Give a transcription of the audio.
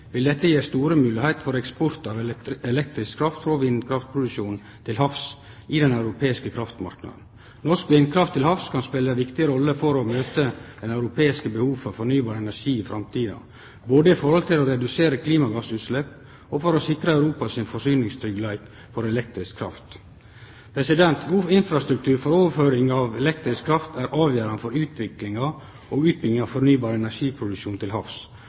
vil dette gje store moglegheiter for eksport av elektrisk kraft frå vindkraftproduksjon til havs i den europeiske kraftmarknaden. Norsk vindkraft til havs kan spele ei viktig rolle for å møte det europeiske behovet for fornybar energi i framtida, både for å redusere klimagassutslepp og for å sikre Europa sin forsyningstryggleik for elektrisk kraft. God infrastruktur for overføring av elektrisk kraft er avgjerande for utviklinga og utbygginga av fornybar energiproduksjon til havs,